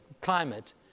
climate